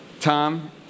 Tom